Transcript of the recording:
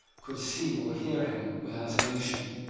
could see or hear him without emotion.